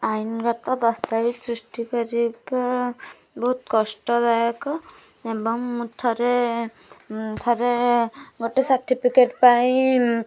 ଆଇନଗତ ଦସ୍ତାବିଜ୍ ସୃଷ୍ଟି କରିବା ବହୁତ କଷ୍ଟଦାୟକ ଏବଂ ମୁଁ ଥରେ ଥରେ ଗୋଟେ ସାର୍ଟିଫିକେଟ୍ ପାଇଁ